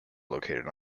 located